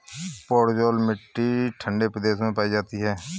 podzol मिट्टी ठंडे प्रदेशों में पाई जाती है